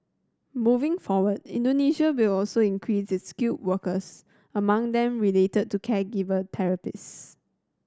moving forward Indonesia will also increase its skilled workers among them related to caregiver therapists